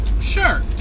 sure